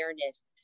awareness